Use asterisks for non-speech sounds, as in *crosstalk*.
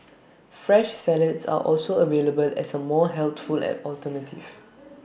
fresh salads are also available as A more healthful alternative *noise*